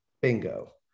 Bingo